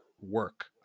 work